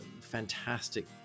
fantastic